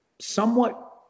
somewhat